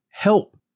Help